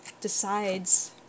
decides